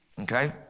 Okay